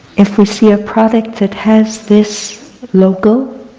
if we see a product that has this logo,